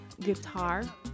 guitar